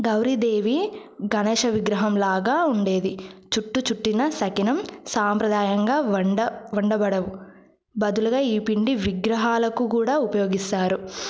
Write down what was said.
గౌరీదేవి గణేష విగ్రహంలాగా ఉండేది చుట్టూ చుట్టిన సకినం సాంప్రదాయంగా వండా వండబడవు బదులుగా ఈ పిండి విగ్రహాలకు కూడా ఉపయోగిస్తారు